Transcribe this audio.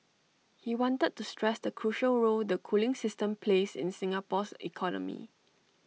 he wanted to stress the crucial role the cooling system plays in Singapore's economy